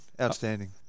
outstanding